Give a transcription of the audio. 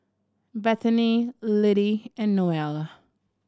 Bethany Littie and Noelle